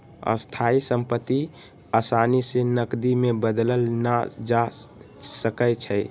स्थाइ सम्पति असानी से नकदी में बदलल न जा सकइ छै